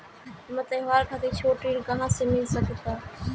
हमरा त्योहार खातिर छोट ऋण कहाँ से मिल सकता?